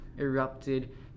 erupted